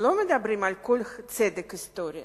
לא מדברים עכשיו על צדק היסטורי.